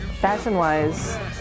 fashion-wise